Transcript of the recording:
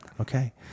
Okay